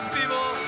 people